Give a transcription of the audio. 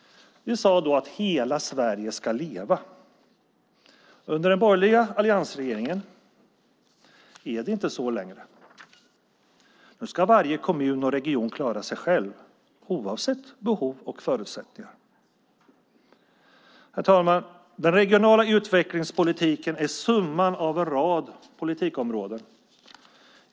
Vi sade då att hela Sverige ska leva. Under den borgerliga alliansregeringen är det inte längre så. Nu ska varje kommun och region klara sig själv, oavsett behov och förutsättningar. Herr talman! Den regionala utvecklingspolitiken är summan av en rad politikområden.